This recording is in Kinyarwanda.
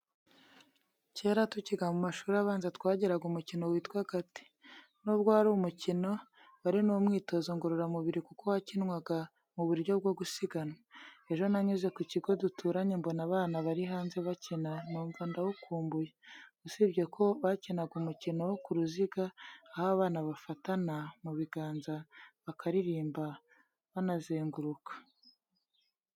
Kera, tucyiga mu mashuri abanza, twagiraga umukino witwa agati. Nubwo wari umukino, wari n’umwitozo ngororamubiri kuko wakinwaga mu buryo bwo gusiganwa. Ejo nanyuze ku kigo duturanye mbona abana bari hanze bakina, numva ndawukumbuye. Usibye ko bo bakinaga umukino wo ku ruziga, aho abana bafatana mu biganza, bakaririmba ndetse banazenguruka.